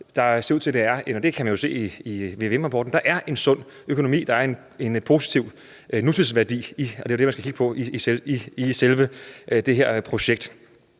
jo se i VVM-rapporten – en sund økonomi. Der er en positiv nutidsværdi – og det er det, man skal kigge på – i selve det her projekt.